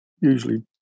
usually